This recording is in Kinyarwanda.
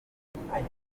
ikimenyetso